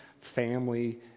family